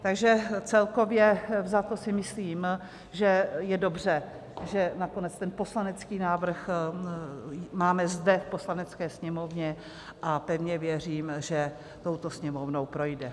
Takže celkově vzato si myslím, že je dobře, že nakonec ten poslanecký návrh máme zde v Poslanecké sněmovně, a pevně věřím, že touto Sněmovnou projde.